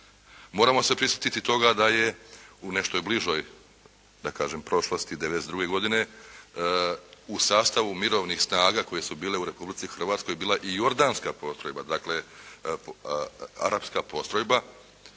Moramo se prisjetiti toga da je u nešto bližoj da kažem prošlosti, 92. godine u sastavu mirovnih snaga koje su bile u Republici Hrvatskoj, bila i jordanska postrojba, dakle arapska postrojba